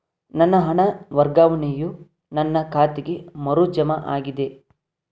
ನನ್ನ ಹಣ ವರ್ಗಾವಣೆಯು ನನ್ನ ಖಾತೆಗೆ ಮರು ಜಮಾ ಆಗಿದೆ